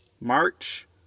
March